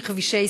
כבישי ישראל.